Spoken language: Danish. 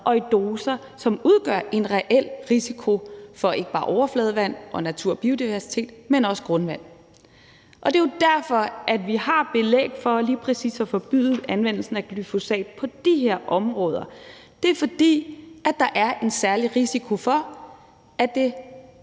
og i doser, som udgør en reel risiko for ikke bare overfladevand og natur og biodiversitet, men også grundvand. Det er jo derfor, at vi har belæg for lige præcis at forbyde anvendelsen af glyfosat på de her områder. Det er, fordi der er en særlig risiko for, at det